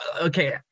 okay